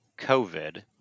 COVID